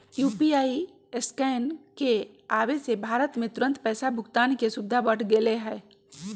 UPI scan के आवे से भारत में तुरंत पैसा भुगतान के सुविधा बढ़ गैले है